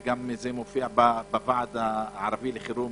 וזה מופיע בוועד הערבי לחירום,